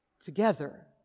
together